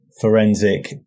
forensic